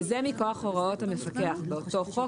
וזה מכוח הוראות המפקח באותו חוק,